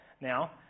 now